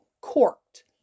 corked